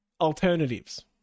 Alternatives